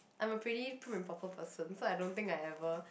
I'm a pretty prim and proper person so I don't think I ever